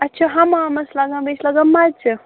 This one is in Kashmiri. اَسہِ چھِ حَمامَس لگان بیٚیہِ چھِ لگان مَچہِ